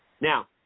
Now